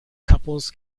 couples